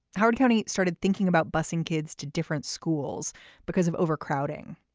howard county started thinking about busing kids to different schools because of overcrowding.